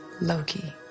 Loki